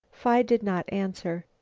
phi did not answer.